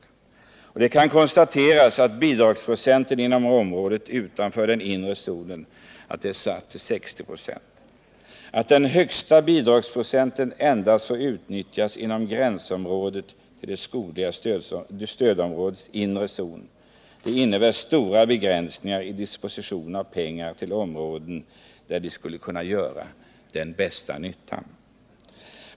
Vidare säger jag i motionen att det kan konstateras att bidragsprocenten inom området utanför den inre zonen är satt till högst 60 26. Att den högsta bidragsprocenten endast får utnyttjas inom gränsområdet till det skogliga stödområdets inre zon innebär stora begränsningar i dispositionen av pengar till områden där de skulle göra den bästa nyttan.